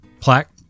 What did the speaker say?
plaque